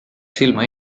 silma